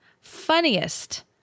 funniest